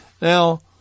Now